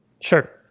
Sure